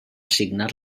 signar